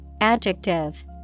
Adjective